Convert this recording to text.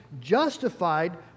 justified